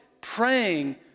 praying